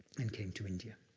and came to india.